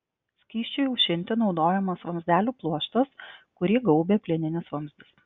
skysčiui aušinti naudojamas vamzdelių pluoštas kurį gaubia plieninis vamzdis